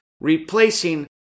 replacing